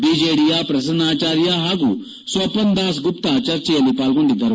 ಬಿಜೆಡಿಯ ಪ್ರಸನ್ನ ಆಚಾರ್ಯ ಪಾಗೂ ಸ್ವಪನ್ ದಾಸ್ ಗುಪ್ತ ಚರ್ಚೆಯಲ್ಲಿ ಪಾಲ್ಗೊಂಡಿದ್ದರು